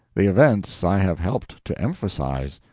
the events i have helped to emphasise!